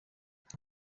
nka